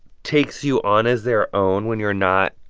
takes you on as their own when you're not,